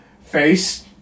face